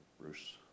Bruce